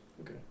Okay